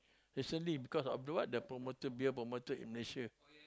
recently because of what the promoter beer promoter in Malaysia